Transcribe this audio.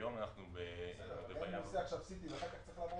אם אני עושהCT ואחר כך צריך לעבור